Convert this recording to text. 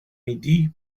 midi